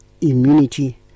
immunity